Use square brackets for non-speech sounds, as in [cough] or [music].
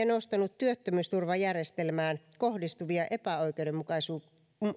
[unintelligible] nostanut työttömyysturvajärjestelmään kohdistuvia epäoikeudenmukaisuuden